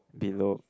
below